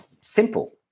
Simple